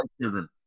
children